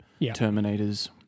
Terminators